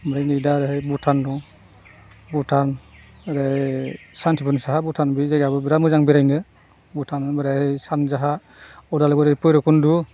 ओमफ्राय नै दा भुटान दं